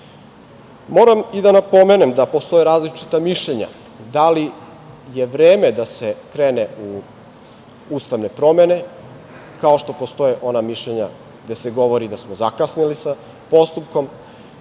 i da napomenem da postoje različita mišljenja da li je vreme da se krene u ustavne promene, kao što postoje ona mišljenja gde se govori da smo zakasnili sa postupkom.